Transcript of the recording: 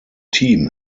team